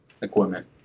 equipment